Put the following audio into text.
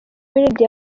wilde